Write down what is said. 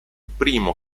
primo